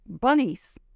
bunnies